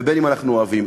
וכאלה שאנחנו לא אוהבים.